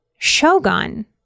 Shogun